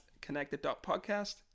connected.podcast